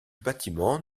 bâtiment